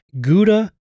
Gouda